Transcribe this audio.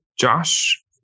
Josh